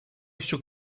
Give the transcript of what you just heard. shook